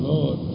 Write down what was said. Lord